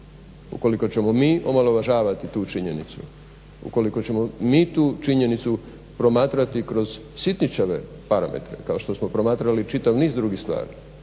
Ukoliko ćemo mi omalovažavati tu činjenicu, ukoliko ćemo mi tu činjenicu promatrati kroz sitničave parametre kao što smo promatrali čitav niz drugih stvari,